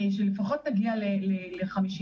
שלפחות נגיע ל-50%.